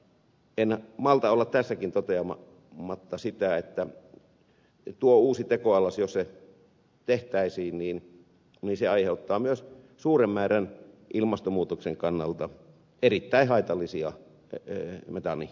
en malta olla tässäkin toteamatta sitä että tuo uusi tekoallas jos se tehtäisiin aiheuttaa myös suuren määrän ilmastonmuutoksen kannalta erittäin haitallisia metaanikaasuja